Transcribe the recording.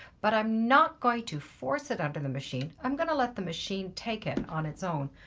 but i'm not going to force it under the machine. i'm going to let the machine take it on its own,